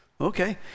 okay